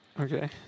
Okay